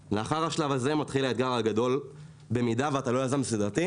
במידה ואתה לא יזם סדרתי או בתחום רותח או הסייבר.